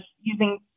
using